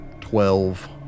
twelve